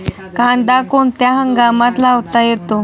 कांदा कोणत्या हंगामात लावता येतो?